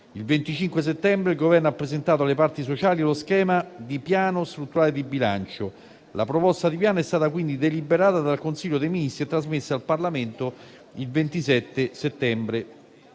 Il 25 settembre il Governo ha presentato alle parti sociali lo schema di Piano strutturale di bilancio. La proposta di Piano è stata quindi deliberata dal Consiglio dei ministri e trasmessa al Parlamento il 27 settembre.